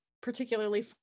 particularly